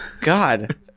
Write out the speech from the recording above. God